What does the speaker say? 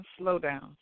slowdown